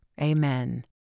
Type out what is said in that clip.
Amen